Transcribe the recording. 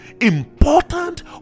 important